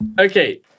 Okay